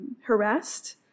harassed